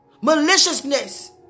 maliciousness